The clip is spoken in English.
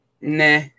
Nah